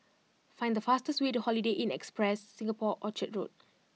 find the fastest way to Holiday Inn Express Singapore Orchard Road